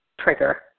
trigger